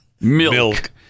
milk